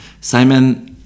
simon